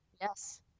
Yes